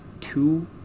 two